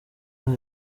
aya